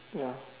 ya